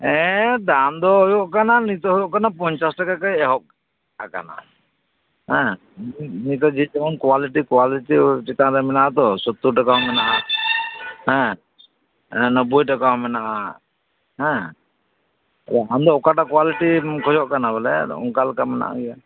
ᱦᱮᱸ ᱫᱟᱢ ᱫᱚ ᱦᱩᱭᱩᱜ ᱠᱟᱱᱟ ᱱᱤᱛᱚᱜ ᱦᱩᱭᱩᱜ ᱠᱟᱱᱟ ᱯᱚᱸᱧᱪᱟᱥ ᱴᱟᱠᱟ ᱠᱟᱛᱮ ᱮᱦᱚᱵ ᱟᱠᱟᱱᱟ ᱦᱮᱸ ᱤᱱᱠᱟᱹ ᱜᱮ ᱡᱮᱢᱚᱱ ᱠᱳᱭᱟᱞᱤᱴᱤ ᱠᱳᱭᱟᱞᱤᱴᱤ ᱪᱮᱛᱟᱱ ᱨᱮ ᱢᱮᱱᱟᱜ ᱟᱛᱳ ᱥᱚᱛᱛᱚᱨ ᱴᱟᱠᱟ ᱦᱚᱸ ᱢᱮᱱᱟᱜᱼᱟ ᱦᱮᱸ ᱱᱚᱵᱵᱳᱭ ᱴᱟᱠᱟ ᱦᱚᱸ ᱢᱮᱱᱟᱜᱼᱟ ᱦᱮᱸ ᱟᱢᱫᱚ ᱚᱠᱟᱴᱟᱜ ᱠᱳᱭᱟᱞᱤᱴᱤᱢ ᱠᱷᱚᱡᱚᱜ ᱠᱟᱱᱟ ᱵᱳᱞᱮ ᱚᱱᱠᱟ ᱞᱮᱠᱟ ᱢᱮᱱᱟᱜ ᱜᱮᱭᱟ